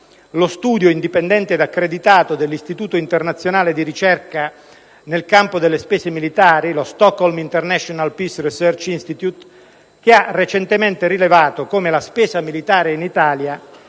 lo studio indipendente ed accreditato dell'istituto internazionale di ricerca nel campo delle spese militari, lo *Stockholm International Peace Research Institut* (SIPRI), che ha recentemente rilevato come la spesa militare in Italia